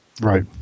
Right